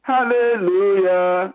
Hallelujah